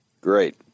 Great